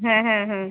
হ্যাঁ হ্যাঁ হ্যাঁ